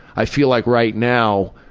i feel like right now,